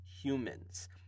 humans